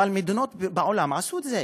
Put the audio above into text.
אבל מדינות בעולם עשו את זה,